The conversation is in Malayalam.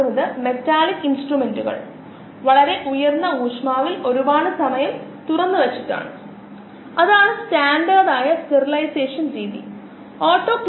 ഗ്ലൂക്കോസ് ഈ പാതയിലേക്ക് പ്രവേശിക്കുന്നുവെന്ന് നമുക്ക് അറിയാം തുടർന്ന് TCA സൈക്കിൾ എന്ന് വിളിക്കപ്പെടുന്ന മറ്റൊരു പാത തുടർന്ന് ഓക്സിഡേറ്റീവ് ഫോസ്ഫോറിലേഷൻ അതുവഴി ATP ഉൽപാദിപ്പിക്കുന്നു ഈ സാഹചര്യത്തിൽ ഗ്ലൂക്കോസ് ഊർജ്ജ സ്രോതസ്സാണ്